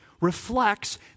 reflects